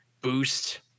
boost